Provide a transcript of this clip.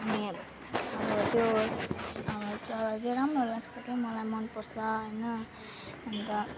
अनि त्यो चरा चाहिँ राम्रो लाग्छ के मलाई मनपर्छ होइन अन्त